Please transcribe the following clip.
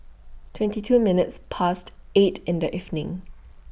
twenty two minutes Past eight in The evening